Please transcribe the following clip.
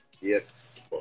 Yes